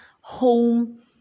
home